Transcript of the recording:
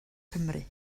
cymru